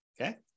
Okay